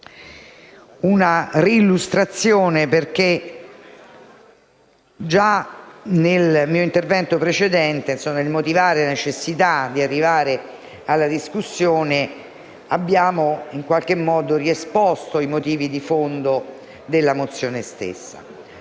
una ri-illustrazione, perché già nel mio intervento precedente, nel motivare la necessità di arrivare a una discussione dei testi in esame, ho in qualche modo esposto i motivi di fondo della mozione stessa